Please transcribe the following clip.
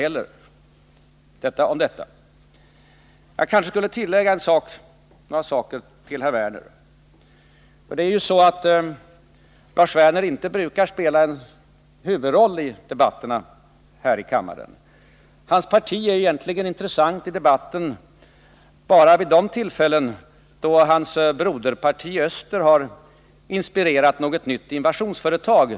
Detta om detta. Låt mig säga ytterligare några saker till Lars Werner. Han brukar inte spela en huvudroll i debatterna här i kammaren. Hans parti är egentligen intressant i debatten bara vid de tillfällen då hans broderparti i öst har inspirerat något nytt invasionsföretag.